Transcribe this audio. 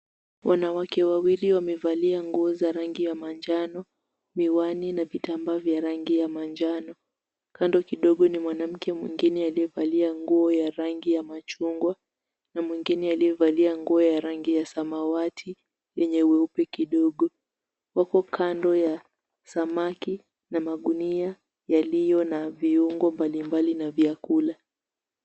Wanawake wawili wamevalia nguo za rangi ya manjano, miwani na vitambaa vya rangi ya manjano. Kando kidogo ni mwanamke mwingine aliyevalia nguo ya rangi ya machungwa, na mwingine aliyevalia nguo ya rangi ya samawati, yenye weupe kidogo. Wako kando ya samaki, na magunia yaliyo na viungo mbalimbali na vyakula.